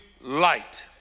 light